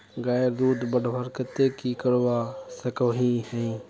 गायेर दूध बढ़वार केते की करवा सकोहो ही?